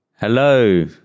Hello